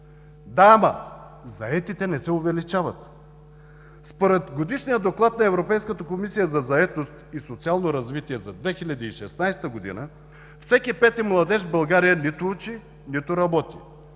Да, ама заетите не се увеличават. Според Годишния доклад на Европейската комисия за заетост и социално развитие за 2016 г., всеки пети младеж в България нито учи, нито работи.